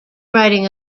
writing